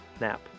nap